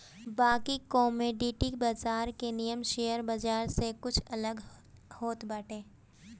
बाकी कमोडिटी बाजार के नियम शेयर बाजार से कुछ अलग होत बाटे